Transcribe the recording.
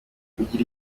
kugira